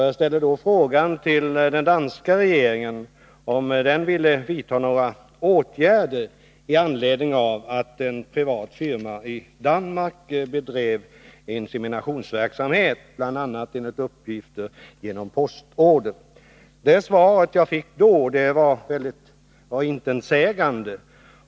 Jag ställde då till den danska regeringen frågan om den ville vidta några åtgärder med anledning av att en privat firma i Danmark enligt uppgifter bedrev inseminationsverksamhet genom bl.a. postorder. Det svar som jag då fick var mycket intetsägande.